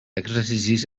exercicis